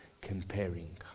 Comparing